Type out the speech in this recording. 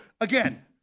again